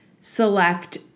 select